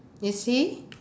you see